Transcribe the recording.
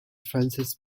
francis